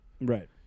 Right